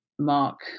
Mark